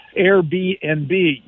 Airbnb